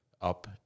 up